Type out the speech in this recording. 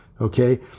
Okay